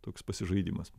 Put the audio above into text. toks pasižaidimas